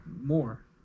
more